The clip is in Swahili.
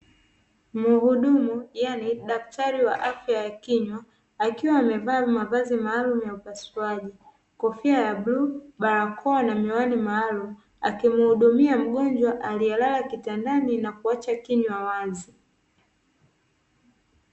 Muhudumu yani daktari wa afya ya kinywa, akiwa amevaa mavazi maalumu ya upasuaji. Kofia ya bluu, barakoa na miwani maalumu, akimhudumia mgonjwa alielala kitandani na kuacha kinywa wazi.